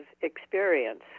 experience